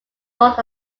north